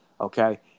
okay